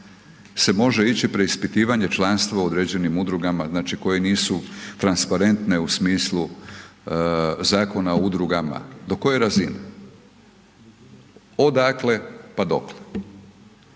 se može ići preispitivanje članstvo u određenim udrugama, znači koje nisu transparentne u smislu Zakona o udrugama. Do koje razine? Odakle, pa dokle?